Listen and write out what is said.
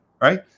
right